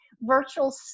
virtual